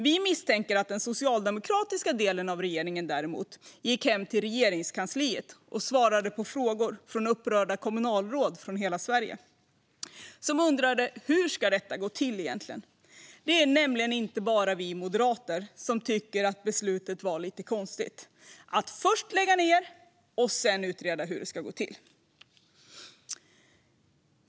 Vi misstänker dock att den socialdemokratiska delen av regeringen gick hem till Regeringskansliet och svarade på frågor från upprörda kommunalråd i hela Sverige som undrade hur detta egentligen ska gå till. Det är nämligen inte bara vi moderater som tycker att beslutet att först lägga ned och sedan utreda hur är lite konstigt.